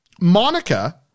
Monica